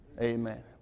Amen